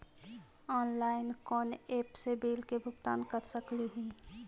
Online कोन app से bill के भुगतान कर सकली ही?